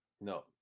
no